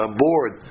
board